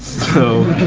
so